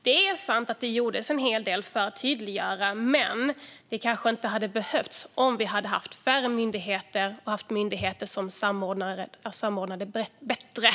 Det är sant att det gjordes en hel del för att tydliggöra stöden, men det kanske inte hade behövts om det hade funnits färre och bättre samordnade myndigheter.